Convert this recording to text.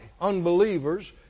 unbelievers